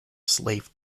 slave